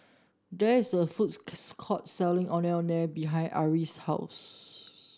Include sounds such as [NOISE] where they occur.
there is a foods [UNINTELLIGIBLE] court selling Ondeh Ondeh behind Ari's house